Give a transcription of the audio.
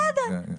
אז אדרבה.